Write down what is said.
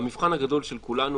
והמבחן הגדול של כולנו,